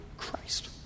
Christ